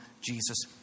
Jesus